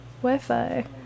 Wi-Fi